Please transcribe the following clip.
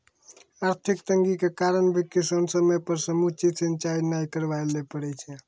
आर्थिक तंगी के कारण भी किसान समय पर समुचित सिंचाई नाय करवाय ल पारै छै